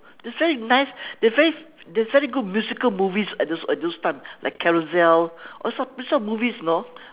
that's very nice they're very there's very good musical movies at those at those times like carousel all these all these sort of movies you know